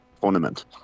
tournament